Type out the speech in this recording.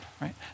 right